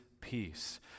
peace